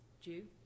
due